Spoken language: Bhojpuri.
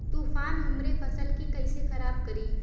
तूफान हमरे फसल के कइसे खराब करी?